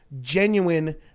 genuine